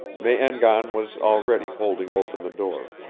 me-en-gan was already holding open the door.